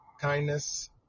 kindness